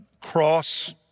cross